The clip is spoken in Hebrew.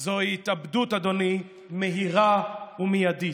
אדוני, מהירה ומיידית.